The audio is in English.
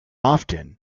often